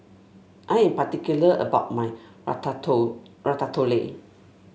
I am particular about my Ratatouille